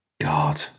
God